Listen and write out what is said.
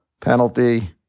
penalty